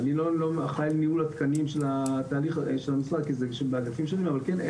אני לא אחראי על ניהול התקנים של המשרד כי זה באגפים שונים אבל כן,